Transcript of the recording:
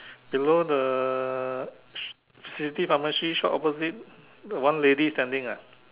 below the safety pharmacy shop opposite the one lady standing ah